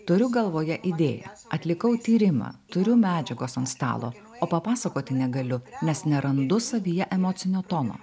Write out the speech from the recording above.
turiu galvoje įdėją atlikau tyrimą turiu medžiagos ant stalo o papasakoti negaliu nes nerandu savyje emocinio tono